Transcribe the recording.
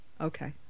Okay